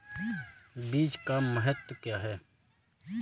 बीज का महत्व क्या है?